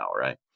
right